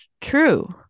true